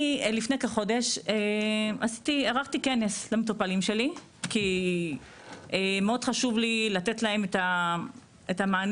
לפני כחודש ערכתי כנס למטופלים שלי כי מאוד חשוב לי לתת להם את המענה